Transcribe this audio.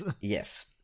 Yes